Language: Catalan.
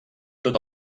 tot